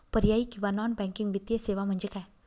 पर्यायी किंवा non banking वित्तीय सेवा म्हणजे काय?